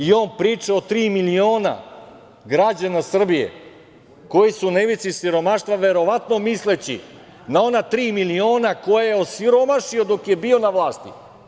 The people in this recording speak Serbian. I on priča o tri miliona građana Srbije koji su na ivici siromaštva, verovatno misleći na ona tri miliona koja je osiromašio dok je bio na vlasti.